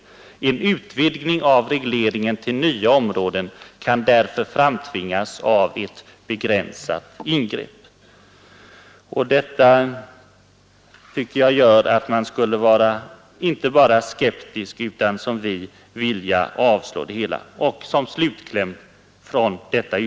En utvidgning av regleringen till nya områden kan därför framtvingas av ett begränsat ingrepp.” Detta gör att man inte borde vara enbart något skeptisk utan som vi vill i stället avslå hela förslaget, herr talman.